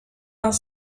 vingt